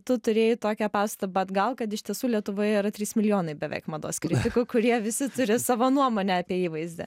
tu turėjai tokią pastabą atgal kad iš tiesų lietuvoje yra trys milijonai beveik mados kritikų kurie visi turi savo nuomonę apie įvaizdį